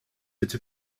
été